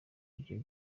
ibyo